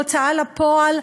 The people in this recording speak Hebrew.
והוצאה לפועל,